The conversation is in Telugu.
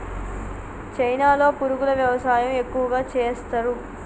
చైనాలో పురుగుల వ్యవసాయం ఎక్కువగా చేస్తరు